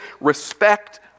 respect